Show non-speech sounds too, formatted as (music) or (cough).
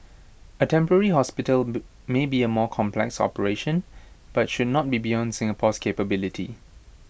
A temporary hospital (unintelligible) may be A more complex operation but should not be beyond Singapore's capability